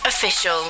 official